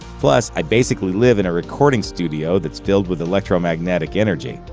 plus, i basically live in a recording studio that's filled with electromagnetic energy.